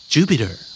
Jupiter